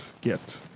get